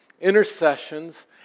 intercessions